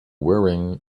wearing